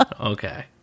Okay